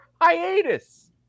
hiatus